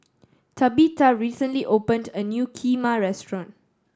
Tabetha recently opened a new Kheema restaurant